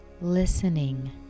listening